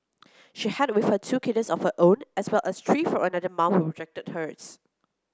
she had with her two kittens of her own as well as three from another mum who rejected hers